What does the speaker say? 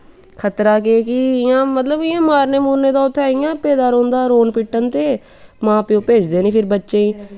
खतरा केह् की इयां मतलव इयां मारने मूरने दा उत्थें पेदे रौंह्दा रोन पिट्टन ते मां प्यो भेजदे नी फिर बच्चें ई